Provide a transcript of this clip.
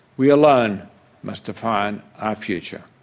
we alone must define our future.